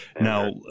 now